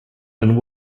and